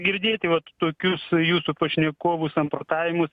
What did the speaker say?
girdėti vat tokius jūsų pašnekovų samprotavimus